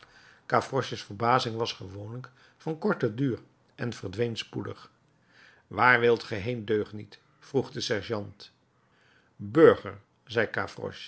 verbazing was gewoonlijk van korten duur en verdween spoedig waar wilt ge heen deugniet vroeg de sergeant burger